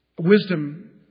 Wisdom